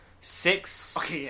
six